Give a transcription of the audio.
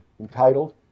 entitled